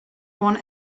one